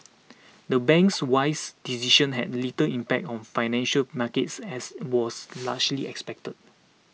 the bank's wise decision had little impact on financial markets as was largely expected